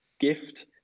gift